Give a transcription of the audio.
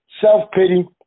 self-pity